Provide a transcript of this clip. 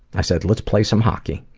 i said, let's play some hockey.